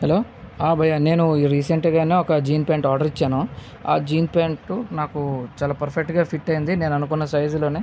hello ఆ భయ్యా నేను రీసెంట్గానే ఒక జీన్ ప్యాంటు ఆర్డర్ ఇచ్చాను ఆ జీన్ ప్యాంటు నాకు చాలా పెర్ఫెక్టుగా ఫిట్ అయింది నేను అనుకున్న సైజులోనే